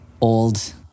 old